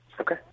okay